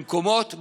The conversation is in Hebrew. במקומות,